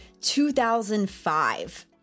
2005